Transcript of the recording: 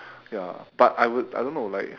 ya but I would I don't know like